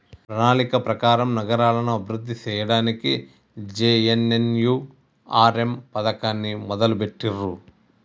ప్రణాళిక ప్రకారం నగరాలను అభివృద్ధి సేయ్యడానికి జే.ఎన్.ఎన్.యు.ఆర్.ఎమ్ పథకాన్ని మొదలుబెట్టిర్రు